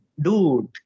dude